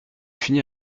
fini